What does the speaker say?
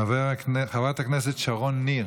חברת הכנסת שרון ניר